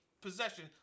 possession